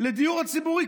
לדיור הציבורי.